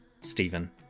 Stephen